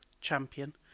champion